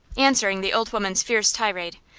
answering the old woman's fierce tirade,